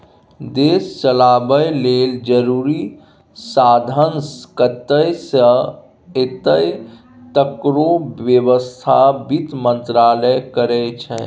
देश चलाबय लेल जरुरी साधंश कतय सँ एतय तकरो बेबस्था बित्त मंत्रालय करै छै